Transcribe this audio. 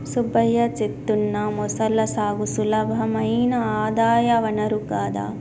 సుబ్బయ్య చేత్తున్న మొసళ్ల సాగు సులభమైన ఆదాయ వనరు కదా